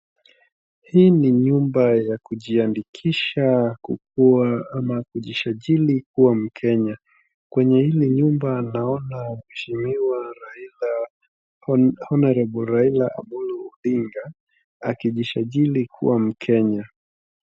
Hii ni nyumba ya kujiandikisha kukua ama kujisajili kuwa mkenya. Kwenye hili nyumba naona mheshimiwa honourable Raila Amollo Odinga akijisajili kuwa mkenya.